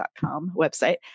website